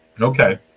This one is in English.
Okay